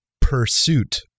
Pursuit